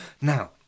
Now